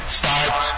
start